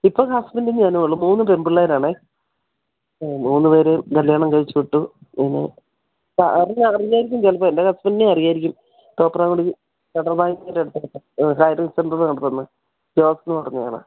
ഇപ്പം ഹസ്ബൻഡും ഞാനുമേ ഉള്ളു മൂന്നു പെൺപിള്ളേരാണ് ആ മൂന്ന് പേര് കല്യാണം കഴിച്ചു വിട്ടു പിന്നെ സാറിന് അറിയാമായിരിക്കും ചിലപ്പോൾ എൻ്റെ ഹസ്ബൻഡിനെ അറിയാമായിരിക്കും തോപ്രാംകുടി ഫെഡറൽ ബാങ്കിൻ്റെ അടുത്തായിട്ടാണ് ആ ഹൈഡ്രോളിക് സെൻറ്ററ് നടത്തുന്ന ജോസെന്ന് പറഞ്ഞ ആളാണ്